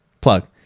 plug